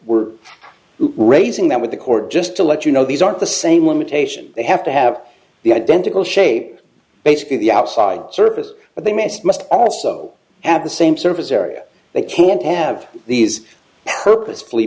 we're raising that with the court just to let you know these aren't the same limitation they have to have the identical shape basically the outside surface but they must must also have the same surface area they can't have these purpose